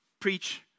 Preach